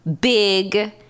big